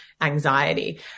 anxiety